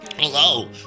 hello